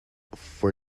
for